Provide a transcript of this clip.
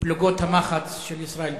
פלוגות המחץ של ישראל ביתנו.